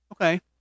Okay